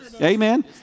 Amen